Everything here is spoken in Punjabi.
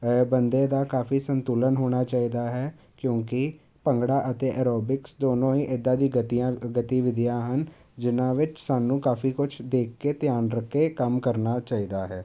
ਬੰਦੇ ਦਾ ਕਾਫੀ ਸੰਤੁਲਨ ਹੋਣਾ ਚਾਹੀਦਾ ਹੈ ਕਿਉਂਕਿ ਭੰਗੜਾ ਅਤੇ ਅਰੋਬਿਕਸ ਦੋਨੋਂ ਹੀ ਇੱਦਾਂ ਦੀ ਗਤੀਆਂ ਗਤੀਵਿਧੀਆਂ ਹਨ ਜਿਹਨਾਂ ਵਿੱਚ ਸਾਨੂੰ ਕਾਫੀ ਕੁਛ ਦੇਖ ਕੇ ਧਿਆਨ ਰੱਖ ਕੇ ਕੰਮ ਕਰਨਾ ਚਾਹੀਦਾ ਹੈ